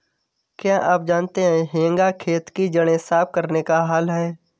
क्या आप जानते है हेंगा खेत की जड़ें साफ़ करने का हल है?